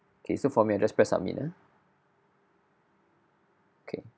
okay so for me I just press submit ah okay